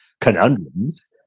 conundrums